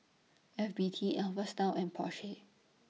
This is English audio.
F B T Alpha Style and Porsche